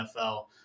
NFL